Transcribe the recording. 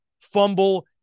fumble